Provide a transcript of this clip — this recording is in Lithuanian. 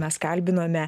mes kalbinome